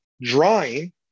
drawing